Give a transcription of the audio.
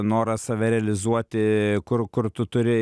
noras save realizuoti kur kur tu turi